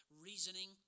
reasoning